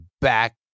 back